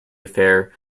affair